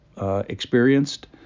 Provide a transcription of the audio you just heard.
experienced